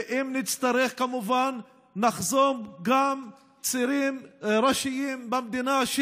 אם נצטרך, כמובן, גם נחסום צירים ראשיים במדינה.